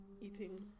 eating